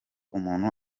umuntu